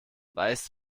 weißt